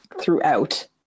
throughout